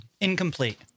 Incomplete